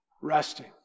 Resting